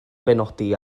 benodi